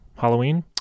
halloween